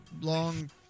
long